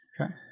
Okay